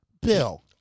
Bill